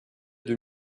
deux